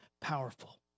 powerful